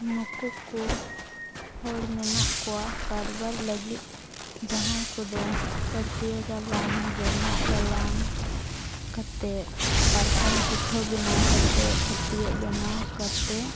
ᱱᱩᱠᱩ ᱠᱚ ᱦᱚᱲ ᱢᱮᱱᱟᱜ ᱠᱚᱣᱟ ᱠᱟᱨᱵᱟᱨᱤ ᱞᱟᱹᱜᱤᱫ ᱡᱟᱦᱟᱸᱭ ᱠᱚᱫᱚ ᱯᱟᱹᱴᱭᱟᱹ ᱜᱟᱞᱟᱝ ᱡᱚᱱᱚᱜ ᱜᱟᱞᱟᱝ ᱠᱟᱛᱮ ᱯᱟᱨᱠᱚᱢ ᱠᱩᱴᱷᱟᱹ ᱵᱮᱱᱟᱣ ᱠᱟᱛᱮ ᱯᱷᱟᱹᱛᱭᱟᱹᱜ ᱵᱮᱱᱟᱣ ᱠᱟᱛᱮ